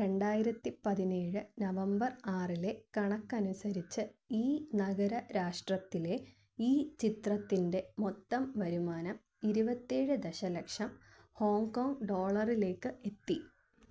രണ്ടായിരത്തി പതിനേഴ് നവംബർ ആറിലെ കണക്ക് അനുസരിച്ച് ഈ നഗര രാഷ്ട്രത്തിലെ ഈ ചിത്രത്തിന്റെ മൊത്തം വരുമാനം ഇരുപത്തി ഏഴ് ദശലക്ഷം ഹോങ്കോങ് ഡോളറിലേക്ക് എത്തി